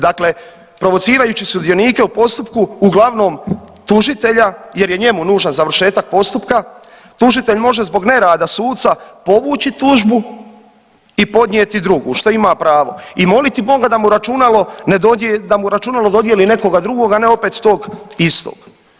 Dakle, provocirajući sudionike u postupku, uglavnom tužitelja jer je njemu nužan završetak postupka, tužitelj može zbog nerada suca povući tužbu i podnijeti drugu što ima pravo i moliti Boga da mu računalo ne dodijeli, da mu računalo dodijeli nekoga drugoga, a ne opet tog istog.